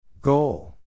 Goal